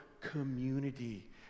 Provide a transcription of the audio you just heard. community